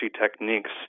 techniques